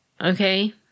okay